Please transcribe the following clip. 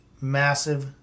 massive